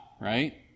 right